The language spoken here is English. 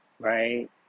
right